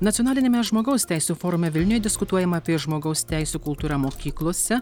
nacionaliniame žmogaus teisių forume vilniuje diskutuojama apie žmogaus teisių kultūra mokyklose